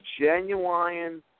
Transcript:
genuine